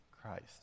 Christ